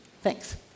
Thanks